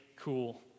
cool